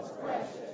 precious